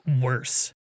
worse